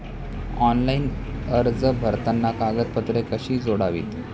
Online अर्ज भरताना कागदपत्रे कशी जोडावीत?